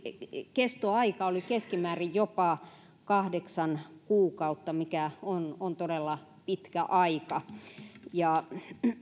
kestoaika oli keskimäärin jopa kahdeksan kuukautta mikä on on todella pitkä aika